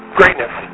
greatness